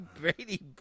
Brady